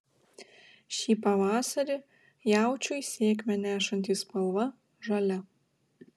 šį pavasarį jaučiui sėkmę nešantį spalva žalia